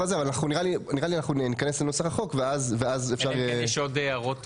נראה לי שניכנס לנוסח החוק ואז אפשר יהיה להתייחס.